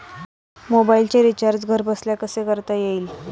मोबाइलचे रिचार्ज घरबसल्या कसे करता येईल?